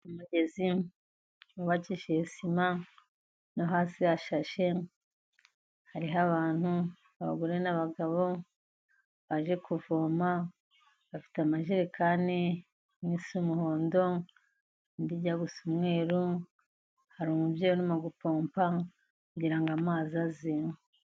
Umugezi wubakishije sima no hasi hashashe, hariho abantu abagore n'abagabo baje kuvoma bafite amajerekani imwe isa umuhondo, indi ijya gusa umweru, hari umubyeyi urimo gupompa kugira ngo amazi aze.